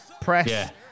Press